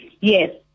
Yes